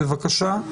בבקשה,